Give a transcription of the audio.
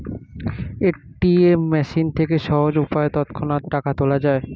ATM machine থেকে সহজ উপায়ে তৎক্ষণাৎ টাকা তোলা যায়